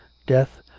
death,